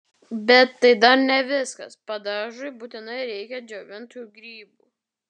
bet tai dar ne viskas padažui būtinai reikia džiovintų grybų